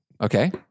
Okay